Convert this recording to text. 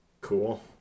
Cool